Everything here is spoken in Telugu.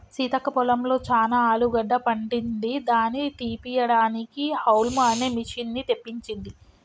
సీతక్క పొలంలో చానా ఆలుగడ్డ పండింది దాని తీపియడానికి హౌల్మ్ అనే మిషిన్ని తెప్పించింది